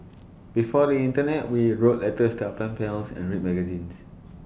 before the Internet we wrote letters to our pen pals and read magazines